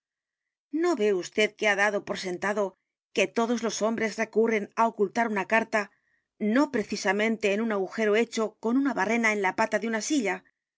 no ve vd que ha dado por sentado que todos los hombres recurren á ocultar una carta no precisamente en un agujero hecho con una barrena en la pata de una silla